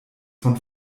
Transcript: von